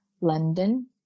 london